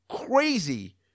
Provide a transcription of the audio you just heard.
crazy